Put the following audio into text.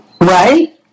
right